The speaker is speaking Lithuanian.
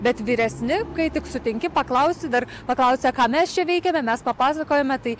bet vyresni kai tik sutinki paklausi dar paklausia ką mes čia veikiame mes papasakojame tai